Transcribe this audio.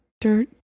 dirt